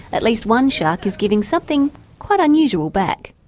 at least one shark is giving something quite unusual back.